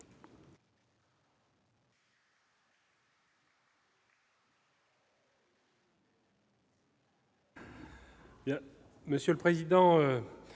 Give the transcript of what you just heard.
Monsieur le président,